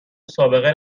سابقه